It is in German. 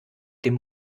dem